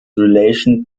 relation